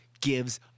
gives